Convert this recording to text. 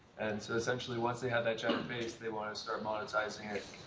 and so essentially once they had that chatter base, they wanted to start monetizing it.